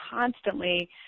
constantly